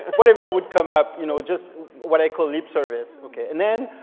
whatever would come up. you know, just what i call lip service. ok. and then,